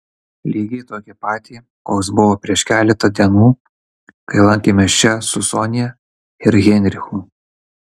lygiai tokį patį koks buvo prieš keletą dienų kai lankėmės čia su sonia ir heinrichu